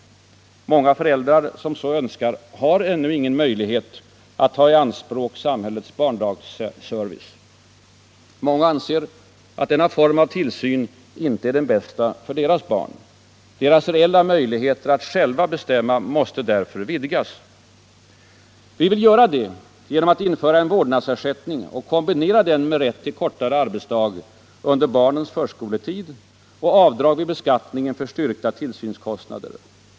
När man vet att många föräldrar som så önskar ännu inte kan ta i anspråk samhällets barndaghemsservice och att dessutom ett stort antal anser att denna form av barntillsyn inte är den bästa för deras barn, då måste man öka föräldrarnas reella möjligheter att själva bestämma. Vi vill göra detta genom att införa en vårdnadsersättning och kombinera denna med rätt till kortare arbetsdag under barnens förskoletid och till avdrag vid beskattningen för styrkta tillsynskostnader.